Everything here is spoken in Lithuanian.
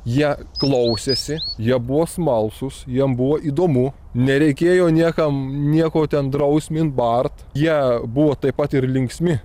jie klausėsi jie buvo smalsūs jiem buvo įdomu nereikėjo niekam nieko ten drausmint barti jie buvo taip pat ir linksmi